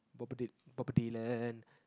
bobedy~ Bob Dylan